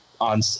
on